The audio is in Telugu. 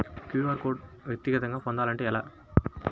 క్యూ.అర్ కోడ్ వ్యక్తిగతంగా పొందాలంటే ఎలా?